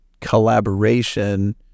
collaboration